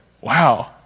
Wow